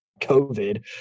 COVID